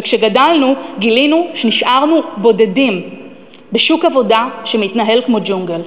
וכשגדלנו גילינו שנשארנו בודדים בשוק עבודה שמתנהל כמו ג'ונגל.